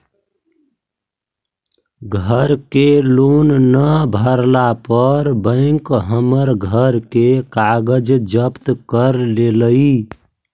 घर के लोन न भरला पर बैंक हमर घर के कागज जब्त कर लेलई